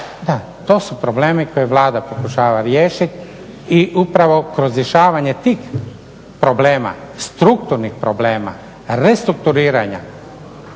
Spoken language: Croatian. Da, to su problemi koje Vlada pokušava riješiti i upravo kroz rješavanje tih problema, strukturnih problema, restrukturiranja